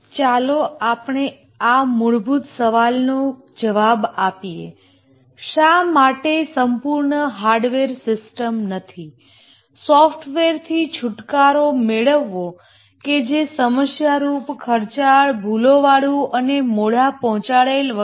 ચાલો આપણે આ મૂળભૂત સવાલનો જવાબ આપીએ શા માટે સંપૂર્ણ હાર્ડવેર સિસ્ટમ નહીં સોફ્ટવેરથી છુટકારો મેળવો કે જે સમસ્યારૂપ ખર્ચાળ ભૂલો વાળું અને મોડા પહોંચાડેલ વગેરે